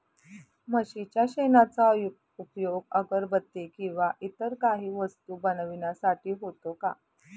म्हशीच्या शेणाचा उपयोग अगरबत्ती किंवा इतर काही वस्तू बनविण्यासाठी होतो का?